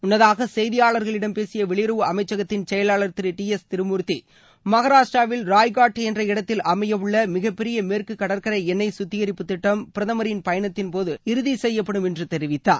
முன்னதாக செய்தியாளர்களிடம் பேசிய வெளியுறவு அமைச்சகத்தின் செயலாளர் திரு டி எஸ் திருமூர்த்தி மகாராஷ்டிராவில் ராய்காட் என்ற இடத்தில் அமையவுள்ள மிகப்பெரிய மேற்கு கடற்கரை எண்ணெய் சுத்திகரிப்பு திட்டம் பிரதமரின் பயணத்தின்போது இறுதி செய்யப்படும் என்று தெரிவித்தார்